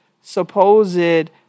supposed